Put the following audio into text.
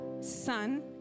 son